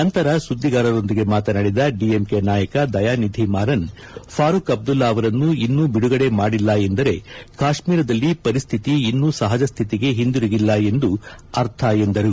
ನಂತರ ಸುದ್ದಿಗಾರರೊಂದಿಗೆ ಮಾತನಾಡಿದ ಡಿಎಂಕೆ ನಾಯಕ ದಯಾನಿಧಿ ಮಾರನ್ ಫಾರೂಖ್ ಅಬ್ಲುಲ್ಲಾ ಅವರನ್ನು ಇನ್ನೂ ಬಿಡುಗಡೆ ಮಾಡಿಲ್ಲ ಎಂದರೆ ಕಾಶ್ಮೀರದಲ್ಲಿ ಪರಿಸ್ಥಿತಿ ಇನ್ನೂ ಸಹಜ ಸ್ಥಿತಿಗೆ ಹಿಂದಿರುಗಿಲ್ಲ ಎಂದು ಅರ್ಥ ಎಂದರು